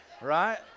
Right